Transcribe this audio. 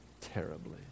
terribly